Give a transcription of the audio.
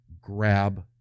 Grab